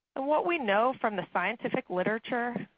what we know from the scientific literature,